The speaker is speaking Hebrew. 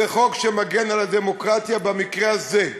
זה חוק שמגן על הדמוקרטיה במקרה הזה,